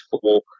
four